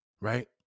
right